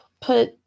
put